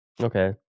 Okay